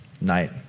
night